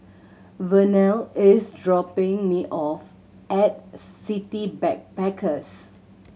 Vernal is dropping me off at City Backpackers